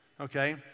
okay